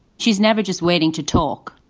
she's never just waiting to talk,